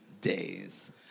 days